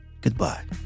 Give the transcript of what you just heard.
goodbye